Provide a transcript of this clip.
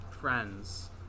friends